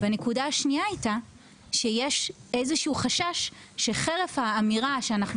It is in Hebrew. הנקודה השנייה הייתה שיש איזה שהוא חשש שחרף האמירה שאנחנו